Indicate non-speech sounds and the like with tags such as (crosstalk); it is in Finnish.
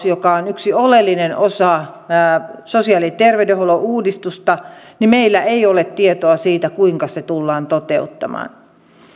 (unintelligible) joka on yksi oleellinen osa sosiaali ja terveydenhuollon uudistusta meillä ei ole tietoa kuinka se tullaan toteuttamaan